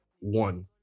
One